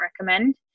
recommend